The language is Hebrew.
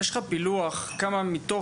יש לך פילוח מהנתונים שהבאת כמה מתוך